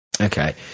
okay